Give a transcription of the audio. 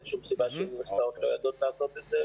אין שום סיבה שאוניברסיטאות לא ידעו לעשות זאת.